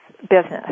business